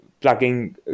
plugging